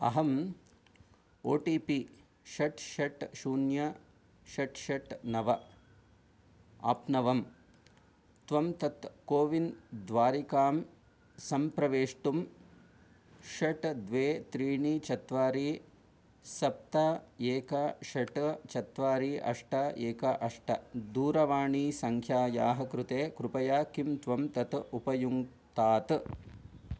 अहम् O T P षट् षट् शून्य षट् षट् नव आप्नवम् त्वं तत् कोविन् द्वारिकां सम्प्रवेष्टुं षट़ द्वे त्रीणि चत्वारि सप्त एक षट् चत्वारि अष्ट एक अष्ट दूरवाणीसङ्ख्यायाः कृते कृपया किं त्वं तत् उपयुङ्क्तात्